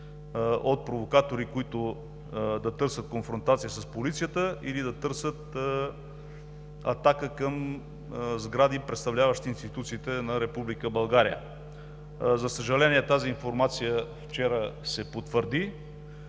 от провокатори, които да търсят конфронтация с полицията или да търсят атака към сгради, представляващи институциите на Република България. За съжаление, тази информация вчера се потвърди,